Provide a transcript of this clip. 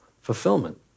fulfillment